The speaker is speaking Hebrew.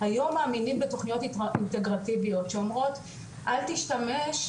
היום מאמינים בתוכניות אינטגרטיביות שאומרות: 'אל תשתמש,